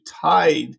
tied